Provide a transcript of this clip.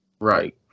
Right